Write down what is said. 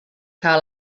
que